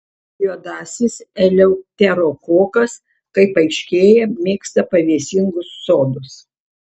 juodasis eleuterokokas kaip aiškėja mėgsta pavėsingus sodus